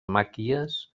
màquies